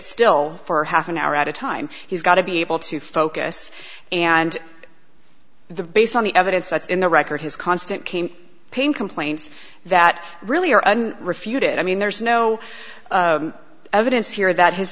still for half an hour at a time he's got to be able to focus and the based on the evidence that's in the record his constant came pain complaints that really are refuted i mean there's no evidence here that h